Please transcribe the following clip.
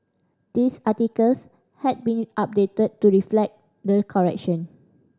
this articles has been updated to reflect the correction